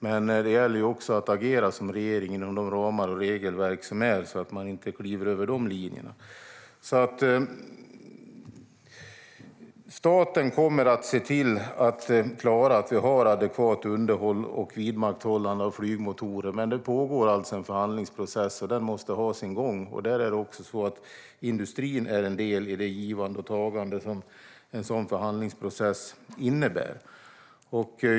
Men det gäller att agera som regering inom de ramar och regelverk som finns, så att man inte kliver över de linjerna. Staten kommer att se till att vi har adekvat underhåll och vidmakthållande av flygmotorer. Men det pågår en förhandlingsprocess, och den måste ha sin gång. Industrin är en del i det givande och tagande som en sådan förhandlingsprocess innebär.